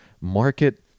market